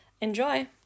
enjoy